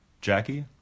Jackie